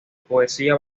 poesía